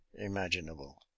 imaginable